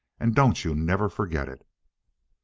and don't you never forget it!